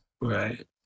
Right